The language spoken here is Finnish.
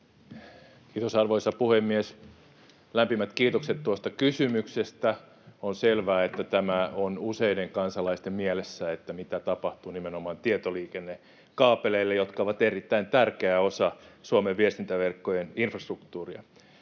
Kiitos, arvoisa puhemies! Lämpimät kiitokset tuosta kysymyksestä. On selvää, että on useiden kansalaisten mielessä, mitä tapahtuu nimenomaan tietoliikennekaapeleille, jotka ovat erittäin tärkeä osa Suomen viestintäverkkojen infrastruktuuria.